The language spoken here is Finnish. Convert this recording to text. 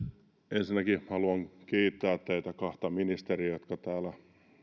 ensinnäkin haluan kiittää teitä kahta ministeriä jotka täällä